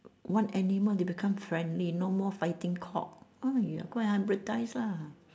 one animal they become friendly no more fighting cock !aiya! go and hybridise ah